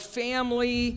family